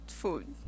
food